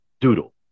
Doodle